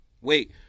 Wait